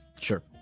Sure